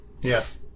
Yes